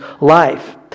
life